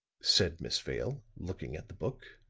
said miss vale, looking at the book,